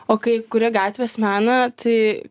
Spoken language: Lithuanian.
o kai kuria gatvės meną tai